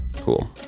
Cool